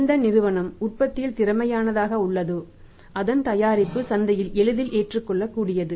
எந்த நிறுவனம் உற்பத்தியில் திறமையானதாக உள்ளதோ அதன் தயாரிப்பு சந்தையில் எளிதில் ஏற்றுக்கொள்ளக்கூடியது